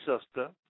sister